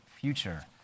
Future